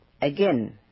Again